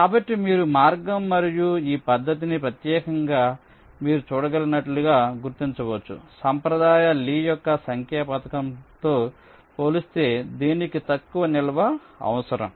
కాబట్టి మీరు మార్గం మరియు ఈ పద్ధతిని ప్రత్యేకంగా మీరు చూడగలిగినట్లుగా గుర్తించవచ్చు సాంప్రదాయ లీ యొక్క సంఖ్యా పథకంతో పోలిస్తే దీనికి తక్కువ నిల్వ అవసరం